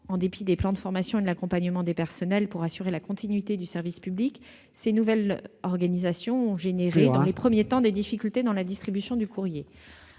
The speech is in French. en dépit des plans de formations et de l'accompagnement des personnels pour assurer la continuité du service public, ces nouvelles organisations ont généré dans les premiers temps des difficultés dans la distribution du courrier.